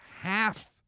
half